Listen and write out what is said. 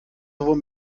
sowohl